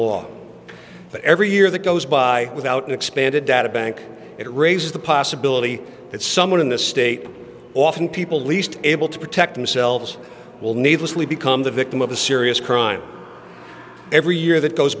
law but every year that goes by without an expanded data bank it raises the possibility that someone in this state often people least able to protect themselves will needlessly become the victim of a serious crime every year that goes